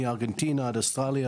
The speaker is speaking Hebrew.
מארגנטינה עד אוסטרליה,